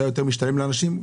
כשהיה יותר משתלם לאנשים.